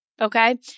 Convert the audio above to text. Okay